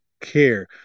care